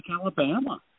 Alabama